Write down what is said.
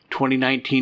2019